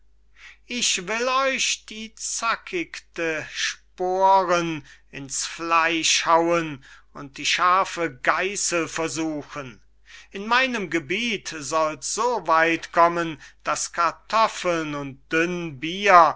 ich will euch die zackichte sporen in's fleisch hauen und die scharfe geißel versuchen in meinem gebiet soll's so weit kommen daß kartoffeln und dünn bier